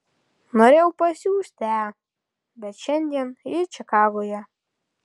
norėjau pasiųsti e bet šiandien ji čikagoje